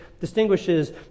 distinguishes